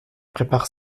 prépare